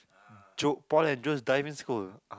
Joe Paul and Joe's Diving School